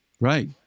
Right